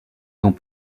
dont